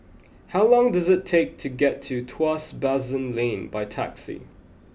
how long does it take to get to Tuas Basin Lane by taxi